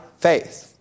faith